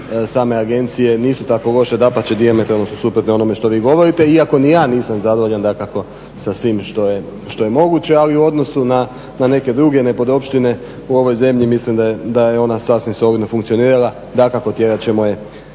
same agencije nisu tako loše, dapače dijametralno su suprotne onome što vi govorite. Iako ni ja nisam zadovoljan dakako sa svim što je moguće. Ali u odnosu na neke druge nepodopštine u ovoj zemlji mislim da je ona sasvim solidno funkcionirala. Dakako tjerat ćemo je